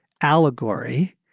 allegory